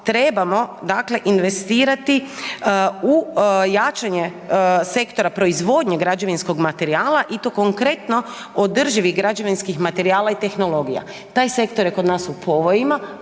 trebamo dakle investirati u jačanje sektora proizvodnje građevinskog materijala i to konkretno održivi građevinskih materijala i tehnologija. Taj sektor je kod nas u povojima,